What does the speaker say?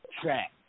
track